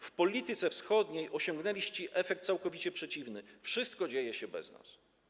W polityce wschodniej osiągnęliście efekt całkowicie przeciwny: wszystko dzieje się bez nas.